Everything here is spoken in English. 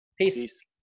Peace